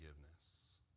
forgiveness